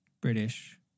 British